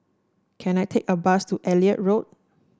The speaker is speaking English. can I take a bus to Elliot Road